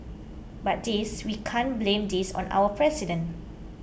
but this we can't blame this on our president